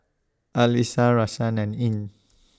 Alyssa Raisya and Ain